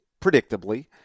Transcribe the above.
predictably